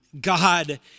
God